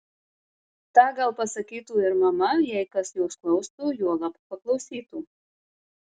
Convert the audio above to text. tą gal pasakytų ir mama jei kas jos klaustų juolab paklausytų